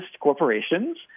corporations